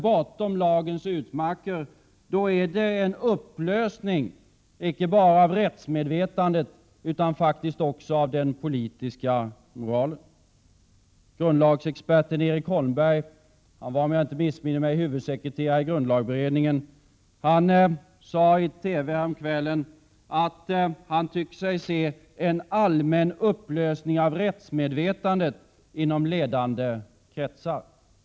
bortom, lagens utmarker, handlar det om en upplösning icke bara av rättsmedvetandet utan faktiskt också av den politiska moralen. Grundlagsexperten Erik Holmberg — om jag inte missminner mig var han huvudsekreterare i grundlagberedningen — sade i TV häromkvällen att han tyckte sig se en allmän upplösning av rättsmedvetandet inom ledande kretsar.